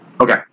Okay